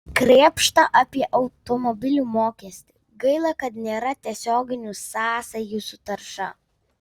krėpšta apie automobilių mokestį gaila kad nėra tiesioginių sąsajų su tarša